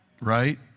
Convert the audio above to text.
Right